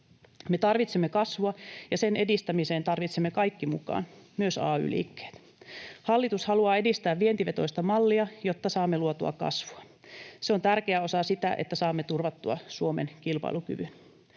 Me tarvitsemme kasvua, ja sen edistämiseen tarvitsemme kaikki mukaan — myös ay-liikkeen. Hallitus haluaa edistää vientivetoista mallia, jotta saamme luotua kasvua. Se on tärkeä osa sitä, että saamme turvattua Suomen kilpailukyvyn.